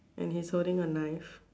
and he's holding a knife